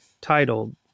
titled